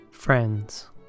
Friends